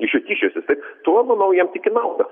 iš jo tyčiosis taip tuo manau jam tik į naudą